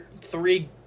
three